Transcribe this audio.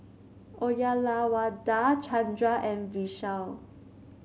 Uyyalawada Chandra and Vishal